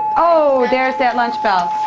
oh, there's that lunch bell.